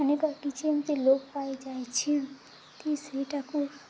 ଅନେକ କିଛି ଯେ ଲୋପ ପାଇଯାଇଛି କି ସେଇଟାକୁ